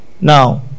now